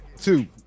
two